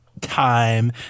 time